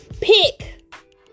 Pick